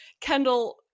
Kendall